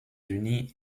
unis